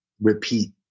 repeat